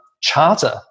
charter